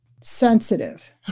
sensitive